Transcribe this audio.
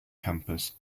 campus